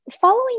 Following